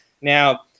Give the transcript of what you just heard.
now